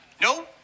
No